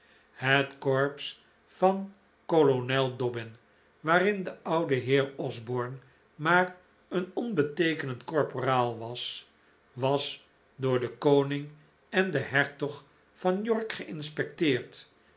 het corps van kolonel dobbin waarin de oude heer osborne maar een onbeteekenend korporaal was was door den koning en den hertog van york gei'nspecteerd